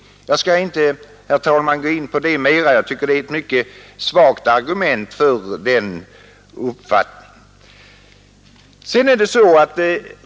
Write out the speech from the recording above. Jag skall inte, herr talman, gå in på detta mera, men jag tycker det är ett mycket svagt argument för herr Fiskesjös uppfattning.